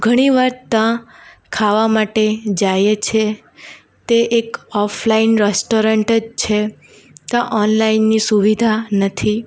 ઘણીવાર ત્યાં ખાવા માટે જઈએ છીએ તે એક ઓફલાઈન રેસ્ટોરન્ટ જ છે ત્યાં ઓનલાઇનની સુવિધા નથી